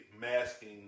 masking